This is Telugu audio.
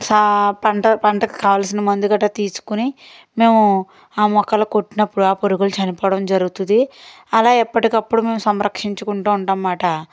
సా పంట పంటకి కావలసిన మందూ గట్ర తీసుకొని మేము ఆ మొక్కలకి కొట్టినప్పుడు ఆ పురుగులు చనిపోవడం జరుగుతుంది అలా ఎప్పుటికప్పుడు మేము సంరక్షించుకుంటూ ఉంటామన్నమాట